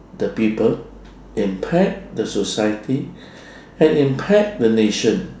the people impact the society and impact the nation